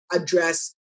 address